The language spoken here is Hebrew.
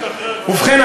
ובכן,